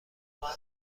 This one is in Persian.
خواهم